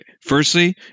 firstly